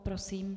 Prosím.